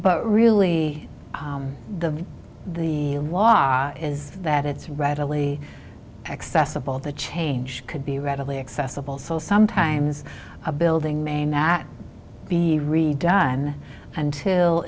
but really the the law is that it's readily accessible the change could be readily accessible so sometimes a building may not be redone until